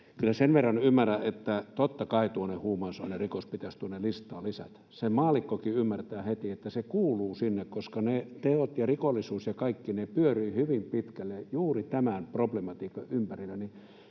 kyllä sen verran ymmärrän, että totta kai huumausainerikos pitäisi tuonne listaan lisätä. Sen maallikkokin ymmärtää heti, että se kuuluu sinne, koska ne teot ja rikollisuus ja kaikki ne pyörivät hyvin pitkälle juuri tämän problematiikan ympärillä.